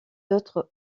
d’autres